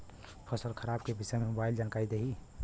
फसल खराब के विषय में मोबाइल जानकारी देही